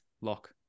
lock